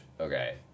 Okay